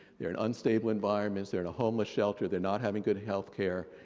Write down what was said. they're in unstable environments, they're in a homeless shelter, they're not having good healthcare,